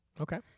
Okay